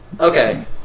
Okay